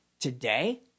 today